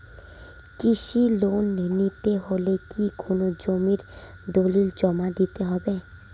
কৃষি লোন নিতে হলে কি কোনো জমির দলিল জমা দিতে হবে?